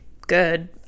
good